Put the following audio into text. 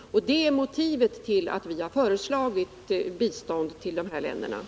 Det är motivet till att vi har föreslagit bistånd till bl.a. Jamaica.